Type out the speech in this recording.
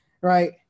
right